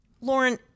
Lauren